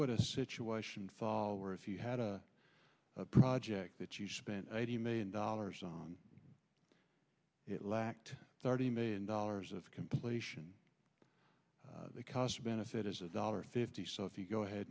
would a situation fall where if you had a project that you spent eighty million dollars on it lacked thirty million dollars of completion the cost benefit is a dollar fifty so if you go ahead